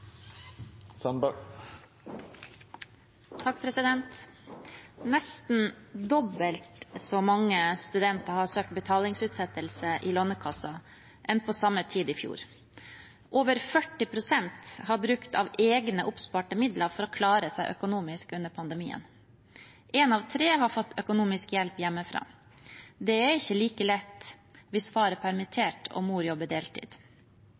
Nesten dobbelt så mange studenter har søkt om betalingsutsettelse i Lånekassen som på samme tid i fjor. Over 40 pst. har brukt av egne oppsparte midler for å klare seg økonomisk under pandemien. Én av tre har fått økonomisk hjelp hjemmefra. Det er ikke like lett hvis far er permittert og mor jobber deltid.